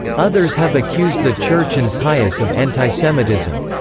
others have accused the church and pius of antisemitism.